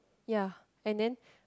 ya and then